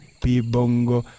pibongo